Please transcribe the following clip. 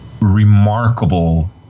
remarkable